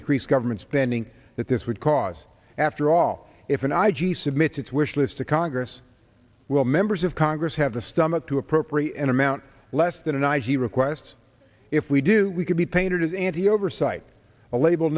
increased government spending that this would cause after all if an i g submitted its wish list to congress will members of congress have the stomach to appropriate an amount less than an i g request if we do we could be painted as anti oversight a label